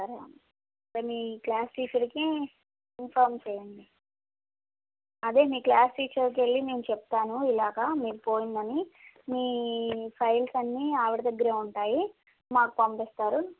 సరే మీ క్లాస్ టీచర్కి ఇంఫార్మ్ చెయ్యండి అదే మీ క్లాస్ టీచర్కి వెళ్ళి మేం చెప్తాను ఇలాగా మీది పోయిందని మీ ఫైల్స్ అన్నీ ఆవిడ దగ్గరే ఉంటాయి మాకు పంపిస్తారు